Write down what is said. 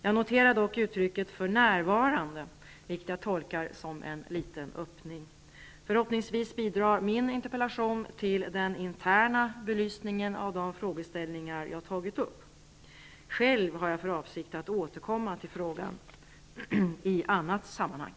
Jag noterar dock uttrycket ''för närvarande'', vilket jag tolkar som en liten öppning. Förhoppningsvis bidrar min interpellation till den interna belysningen av de frågeställningar som jag har tagit upp. Själv har jag för avsikt att återkomma till frågan i annat sammanhang.